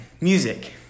Music